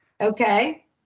Okay